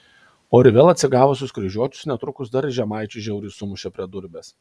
o ir vėl atsigavusius kryžiuočius netrukus dar ir žemaičiai žiauriai sumušė prie durbės